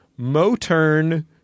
Moturn